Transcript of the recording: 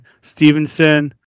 Stevenson